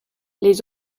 les